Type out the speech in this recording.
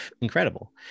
incredible